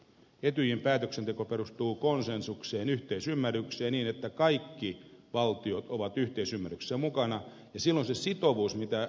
etyjin päätöksenteko perustuu konsensukseen yhteisymmärrykseen niin että kaikki valtiot ovat yhteisymmärryksessä mukana ja silloin se sitovuus mitä ed